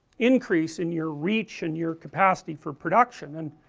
increase in your reach and your capacity for production, and